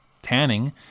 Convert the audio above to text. Tanning